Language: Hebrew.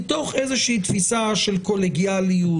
מתוך איזושהי תפיסה של קולגיאליות,